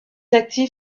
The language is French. active